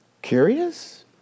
Curious